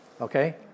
Okay